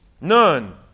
None